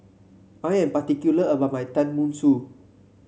I am particular about my Tenmusu